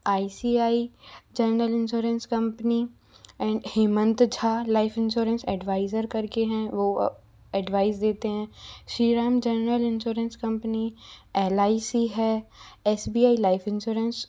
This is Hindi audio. I C I general insurance company and Hemant Jha life insurance advisor कर के हैं वो एडवाइज़ देते हैं Shri Ram general insurance company L I C है एसबीआई लाइफ इंश्योरेंस